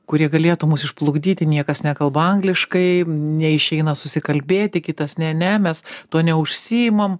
kurie galėtų mus išplukdyti niekas nekalba angliškai neišeina susikalbėti kitas ne ne mes tuo neužsiimam